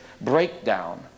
breakdown